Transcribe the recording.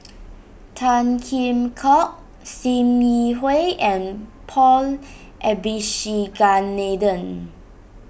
Tan Kheam Hock Sim Yi Hui and Paul Abisheganaden